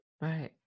Right